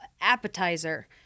appetizer